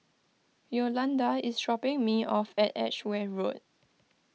Yolanda is dropping me off at Edgeware Road